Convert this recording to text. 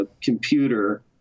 computer